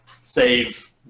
save